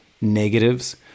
negatives